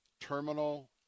terminal